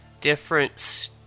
Different